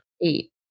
eight